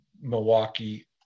Milwaukee